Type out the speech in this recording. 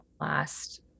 last